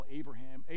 abraham